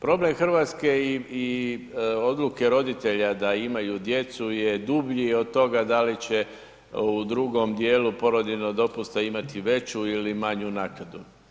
Problem Hrvatske i odluke roditelja da imaju djecu je dublji od toga da li će u drugom djelu porodiljnog dopusta imati veću ili manju naknadu.